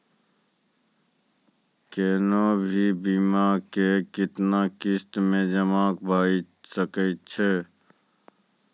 कोनो भी बीमा के कितना किस्त मे जमा भाय सके छै?